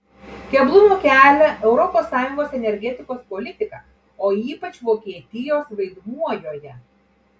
keblumų kelia europos sąjungos energetikos politika o ypač vokietijos vaidmuo joje